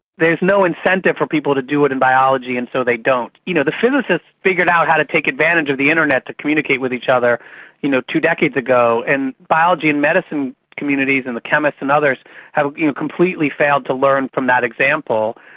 there is no incentive for people to do it in biology and so they don't. you know the physicists figured out how to take advantage of the internet to communicate with each other you know two decades ago. and the biology and medical communities and the chemists and others have you know completely failed to learn from that example,